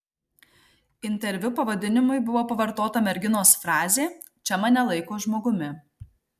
interviu pavadinimui buvo pavartota merginos frazė čia mane laiko žmogumi